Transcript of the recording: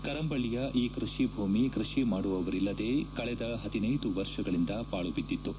ಕರಂಬಳ್ಳಿಯ ಈ ಕೃಷಿ ಭೂಮಿ ಕೃಷಿ ಮಾಡುವವರಿಲ್ಲದೇ ಕಳೆದ ಹದಿನೈದು ವರ್ಷಗಳಿಂದ ಪಾಳು ಬಿದ್ದಿತು